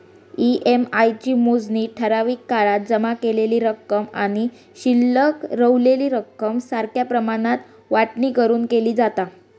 EMI ची मोजणी ठराविक काळात जमा केलेली रक्कम आणि शिल्लक रवलेली रक्कम सारख्या प्रमाणात वाटणी करून केली जाता